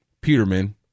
Peterman